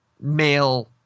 male